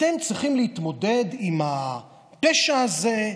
אתם צריכים להתמודד עם הפשע הזה,